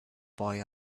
boy